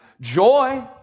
Joy